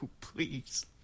please